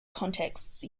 context